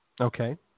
Okay